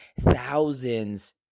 thousands